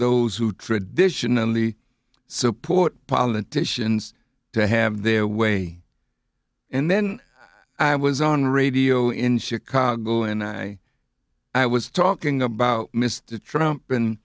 those who traditionally support politicians to have their way and then i was on radio in chicago and i i was talking about mr trump and